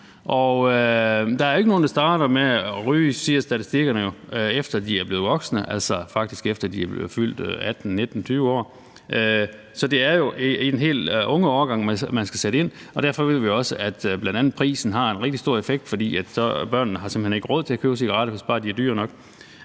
Der er jo ikke nogen, der starter med at ryge – det siger statistikkerne jo – efter at de er blevet voksne, altså faktisk efter at de er fyldt 18, 19 og 20 år. Så det er jo i den helt unge årgang, man skal sætte ind, og derfor ved vi også, at bl.a. prisen har en rigtig stor effekt, altså fordi børnene så simpelt hen ikke har råd til at købe cigaretter, hvis bare de er dyre nok.